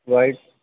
white